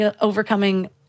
overcoming